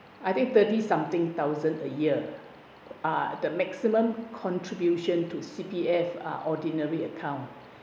I think thirty something thousand a year are the maximum contribution to C_P_F uh ordinary account